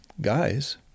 guys